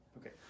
Okay